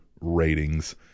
ratings